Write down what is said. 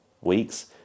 weeks